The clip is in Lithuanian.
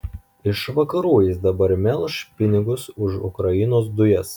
iš vakarų jis dabar melš pinigus už ukrainos dujas